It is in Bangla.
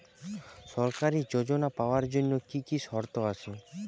সরকারী যোজনা পাওয়ার জন্য কি কি শর্ত আছে?